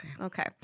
Okay